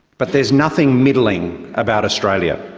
but there is nothing middling about australia.